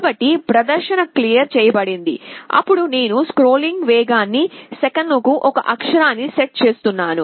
కాబట్టి ప్రదర్శన క్లియర్ చేయబడింది అప్పుడు నేను స్క్రోలింగ్ వేగాన్ని సెకనుకు ఒక అక్షరానికి సెట్ చేస్తున్నాను